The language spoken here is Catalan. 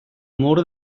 mur